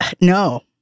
no